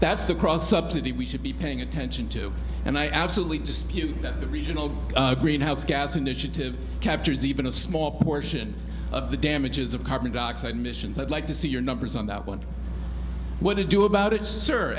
that's the cross subsidy we should be paying attention to and i absolutely dispute that the regional greenhouse gas initiative captures even a small portion of the damages of carbon dioxide emissions i'd like to see your numbers on that one what to do about it serve